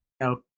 no